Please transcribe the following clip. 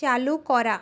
চালু করা